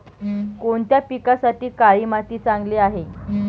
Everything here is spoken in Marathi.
कोणत्या पिकासाठी काळी माती चांगली आहे?